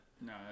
No